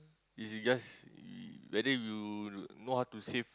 is you just you whether you know how to save